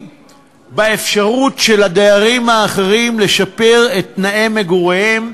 באפשרות של הדיירים האחרים לשפר את תנאי מגוריהם,